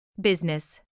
Business